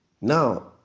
Now